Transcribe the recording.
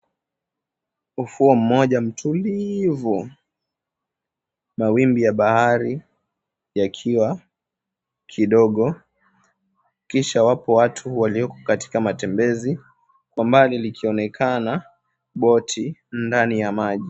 Ufuo mmoja mtulivu, mawimbi ya bahari yakiwa kidogo, kisha kuna watu walio katika matembezi. Kwa umbali likionekana boti ndani ya maji.